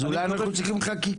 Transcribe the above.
אז אולי אנחנו צריכים חקיקה,